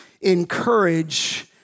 encourage